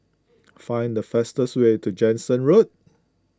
find the fastest way to Jansen Road